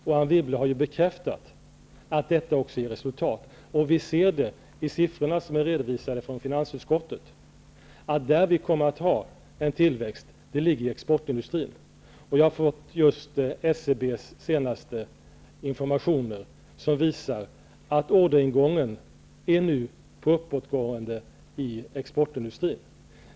Anne Wibble har bekräftat att detta också ger resultat. Vi ser det i de siffror som har redovisats från finansutskottet. Vi kommer att ha en tillväxt för exportindustrin. Jag har just fått SCB:s senaste information, som visar att orderingången nu är uppåtgående i exportindustrin.